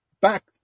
back